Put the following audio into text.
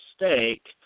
mistake